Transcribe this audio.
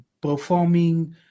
performing